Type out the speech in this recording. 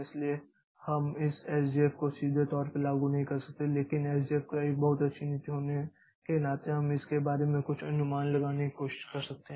इसलिए हम इस एसजेएफ को सीधे तौर पर लागू नहीं कर सकते हैं लेकिन एसजेएफ एक बहुत अच्छी नीति होने के नाते हम इसके बारे में कुछ अनुमान लगाने की कोशिश कर सकते हैं